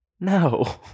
no